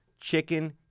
Chicken